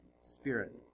spirit